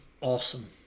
awesome